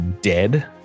dead